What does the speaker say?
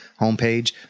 homepage